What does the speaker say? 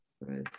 right